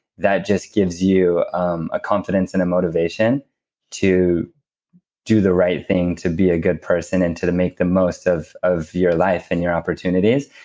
that just gives you um a confidence and a motivation to do the right thing, to be a good person, and to to make the most of of your life and your opportunities.